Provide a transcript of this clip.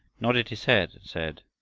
nodded his head and said,